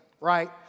right